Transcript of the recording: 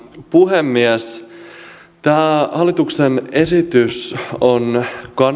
puhemies tämä hallituksen esitys on